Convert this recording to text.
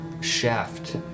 shaft